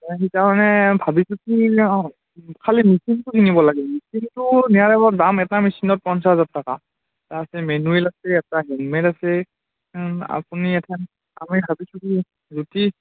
সেইকাৰণে ভাবিছোঁ কি অঁ খালি মেচিনটো কিনিব লাগে মেচিনটো নিয়াৰ এবভ দাম এটা মেচিনত পঞ্চাছ হাজাৰ টকা এটা আছে মেনুৱেল আছে এটা হেণ্ডমেড আছে আপুনি এটা আমি ভাবিছোঁ কি ৰুটি